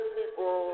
people